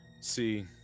See